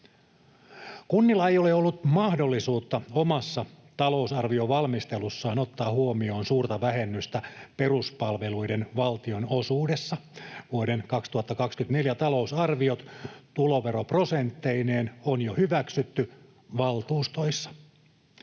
Kunnilla ei ole ollut mahdollisuutta omassa talousarviovalmistelussaan ottaa huomioon suurta vähennystä peruspalveluiden valtionosuudessa, vuoden 2024 talousarviot tuloveroprosentteineen on jo hyväksytty valtuustoissa.